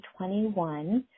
2021